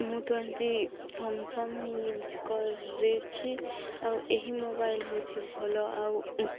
ମୁଁ ତ ଏମିତି ସ୍ୟାମସଂଗ ୟୁଜ୍ କରିଛି ଆଉ ଏହି ମୋବାଇଲ୍ ହେଉଛି ଭଲ ଆଉ